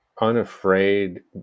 unafraid